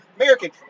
American